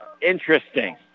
interesting